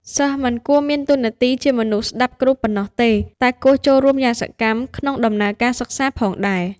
សិស្សមិនគួរមានតួនាទីជាមនុស្សស្ដាប់គ្រូប៉ុណ្ណោះទេ តែគួរចូលរួមយ៉ាងសកម្មក្នុងដំណើរការសិក្សាផងដែរ។